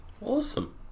awesome